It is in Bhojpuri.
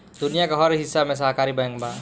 दुनिया के हर हिस्सा में सहकारी बैंक बा